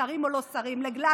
שרים או לא שרים, לגלזגו,